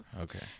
Okay